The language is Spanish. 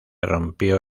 rompió